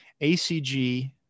ACG